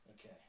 Okay